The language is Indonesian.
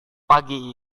pagi